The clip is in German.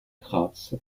graz